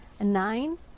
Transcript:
Nine